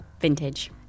Vintage